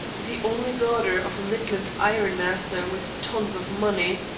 the only daughter of a midland iron-master with tons of money.